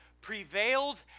prevailed